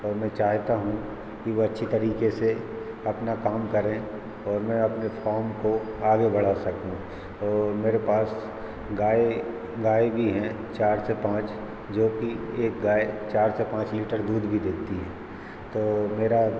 और मैं चाहता हूँ कि वो अच्छी तरीके से अपना काम करें और मैं अपने फॉम को आगे बढ़ा सकूँ और मेरे पास गाय गाय भी हैं चार से पाँच जोकि एक गाय चार से पाँच लीटर दूध भी देती है तो मेरा